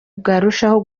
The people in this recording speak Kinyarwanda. bwarushaho